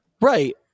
Right